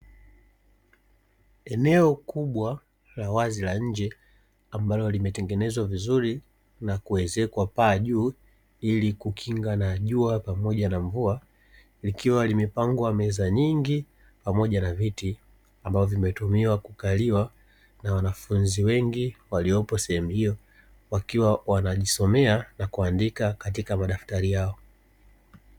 Eneo kubwa la wazi la nje ambalo limetengenezwa vizuri na kuwezekwa paa juu ili kukinga najua pamoja na mvua, likiwa limepangwa meza nyingi pamoja na viti ambavyo vimetumiwa kukaliwa na wanafunzi wengi waliopo sehemu hiyo wakiwa wanajisomea na kuandika katika madaftari yao.